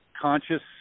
conscious